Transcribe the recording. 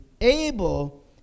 able